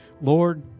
Lord